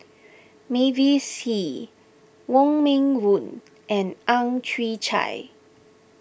Mavis Hee Wong Meng Voon and Ang Chwee Chai